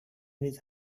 his